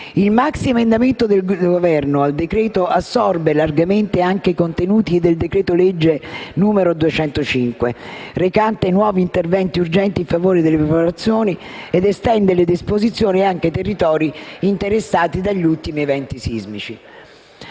Il maxiemendamento del Governo al decreto-legge assorbe largamente anche i contenuti del decreto-legge n. 205, recante i nuovi interventi urgenti in favore delle popolazioni, ed estende le disposizioni anche ai territori interessati dagli ultimi eventi sismici.